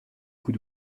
coup